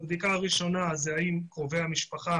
הבדיקה הראשונה זה האם קרובי המשפחה